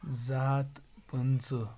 زٕ ہَتھ پٕنٛژٕ